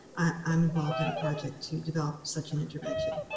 i'm involved in a project to develop such an intervention.